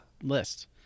list